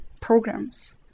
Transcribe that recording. programs